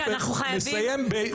מסיים,